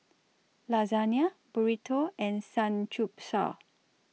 Lasagne Burrito and Samgyeopsal